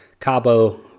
Cabo